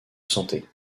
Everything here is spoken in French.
santé